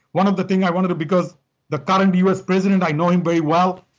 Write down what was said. one of the thing i wanted because the current u s. president i know him very well,